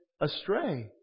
astray